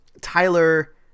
Tyler